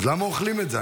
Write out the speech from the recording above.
אז למה אוכלים את זה?